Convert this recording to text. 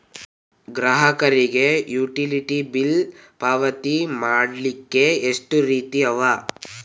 ಗ್ರಾಹಕರಿಗೆ utility bill ಪಾವತಿ ಮಾಡ್ಲಿಕ್ಕೆ ಎಷ್ಟ ರೇತಿ ಅವ?